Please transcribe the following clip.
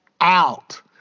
out